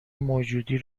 موجودی